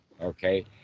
okay